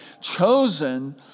chosen